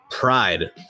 Pride